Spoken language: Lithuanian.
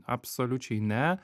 absoliučiai ne